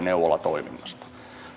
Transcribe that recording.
neuvolatoiminnasta